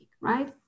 right